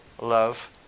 love